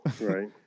Right